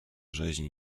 rzeźni